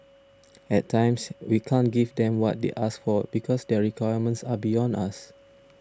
at times we can't give them what they ask for because their requirements are beyond us